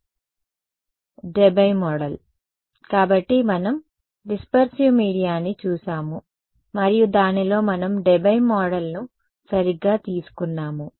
విద్యార్థి Debye Debye model కాబట్టి మనం డిస్పర్సివ్ మీడియాను చూశాము మరియు దానిలో మనము డెబై మోడల్ను సరిగ్గా తీసుకున్నాము